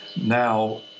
now